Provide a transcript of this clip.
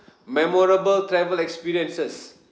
memorable travel experiences